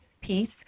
piece